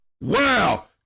Wow